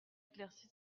éclairci